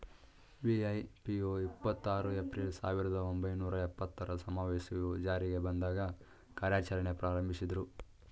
ವಿ.ಐ.ಪಿ.ಒ ಇಪ್ಪತ್ತು ಆರು ಏಪ್ರಿಲ್, ಸಾವಿರದ ಒಂಬೈನೂರ ಎಪ್ಪತ್ತರ ಸಮಾವೇಶವು ಜಾರಿಗೆ ಬಂದಾಗ ಕಾರ್ಯಾಚರಣೆ ಪ್ರಾರಂಭಿಸಿದ್ರು